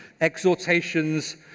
exhortations